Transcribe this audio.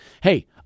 hey